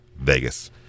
Vegas